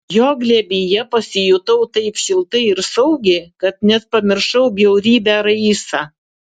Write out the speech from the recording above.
jo glėbyje pasijutau taip šiltai ir saugiai kad net pamiršau bjaurybę raisą